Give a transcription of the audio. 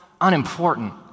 unimportant